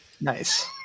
Nice